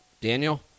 Daniel